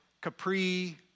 Capri